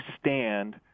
stand